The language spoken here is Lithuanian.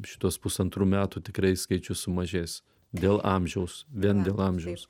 šituos pusantrų metų tikrai skaičius sumažės dėl amžiaus vien dėl amžiaus